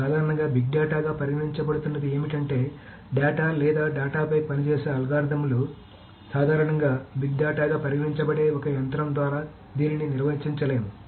సాధారణంగా big data గా పరిగణించబడుతున్నది ఏమిటంటే డేటా లేదా డేటా పై పనిచేసే అల్గోరిథంలు సాధారణంగా బిగ్ డేటాగా పరిగణించబడే ఒక యంత్రం ద్వారా దీనిని నిర్వహించలేము